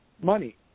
money